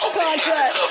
contract